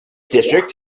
district